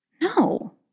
No